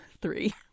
three